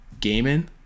gaming